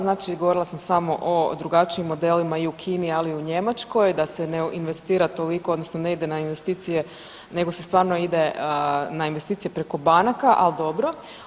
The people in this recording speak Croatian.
Znači govorila sam samo o drugačijim modelima i u Kini, ali i u Njemačkoj da se ne investira toliko odnosno ne ide na investicije nego se stvarno ide na investicije preko banaka, al dobro.